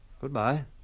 Goodbye